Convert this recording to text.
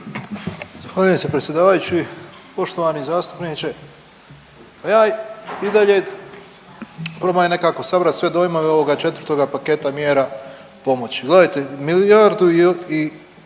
Gospodine predsjedavajući, poštovani zastupniče, pa ja i dalje probat ću nekako sabrati sve dojmove ovoga 4. paketa mjera pomoći. Gledajte, milijardu i